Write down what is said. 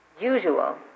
usual